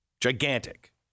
Gigantic